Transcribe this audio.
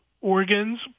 organs